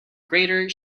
greater